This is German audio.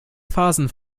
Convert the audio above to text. phasen